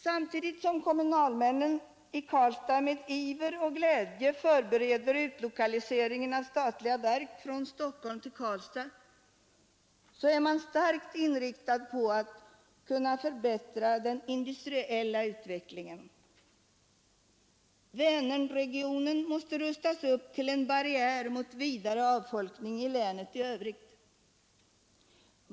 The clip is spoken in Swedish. Samtidigt som kommunalmännen i Karlstad med iver och glädje förbereder utlokaliseringen av statliga verk från Stockholm till Karlstad, är man starkt inriktad på att kunna förbättra den industriella utvecklingen. Vänerregionen måste rustas upp till en barriär mot vidare avfolkning i länet i övrigt.